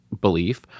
belief